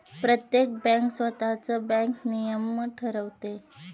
प्रत्येक बँक स्वतःच बँक नियमन ठरवते